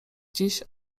dziś